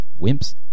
Wimps